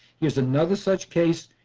here's another such case.